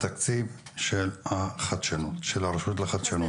התקציב של הרשות לחדשנות.